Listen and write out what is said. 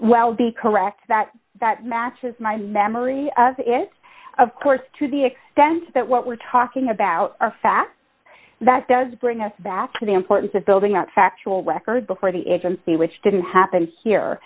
well be correct that that matches my memory of it yes of course to the extent that what we're talking about a fact that does bring us back to the importance of building out factual record before the agency which didn't happen here